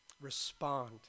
respond